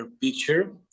picture